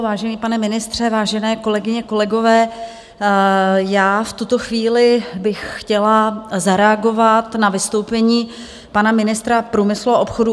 Vážený pane ministře, vážené kolegyně, kolegové, v tuto chvíli bych chtěla zareagovat na vystoupení pana ministra průmyslu a obchodu.